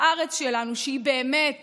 בארץ שלנו, שהיא באמת